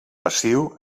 passiu